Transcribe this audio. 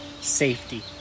safety